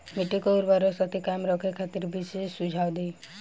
मिट्टी के उर्वरा शक्ति कायम रखे खातिर विशेष सुझाव दी?